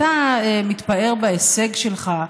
אתה מתפאר בהישג שלך,